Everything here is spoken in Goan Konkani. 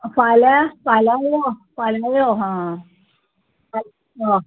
फाल्यां फाल्यां यो फाल्यां यो हां